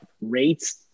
Rates